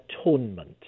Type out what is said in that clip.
atonement